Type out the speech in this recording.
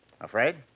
Afraid